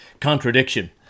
contradiction